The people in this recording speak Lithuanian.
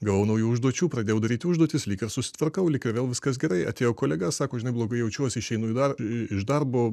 gavau naujų užduočių pradėjau daryti užduotis lyg ir susitvarkau lyg ir vėl viskas gerai atėjo kolega sako žinai blogai jaučiuosi išeina į dar iš darbo